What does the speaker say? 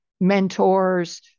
mentors